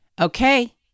Okay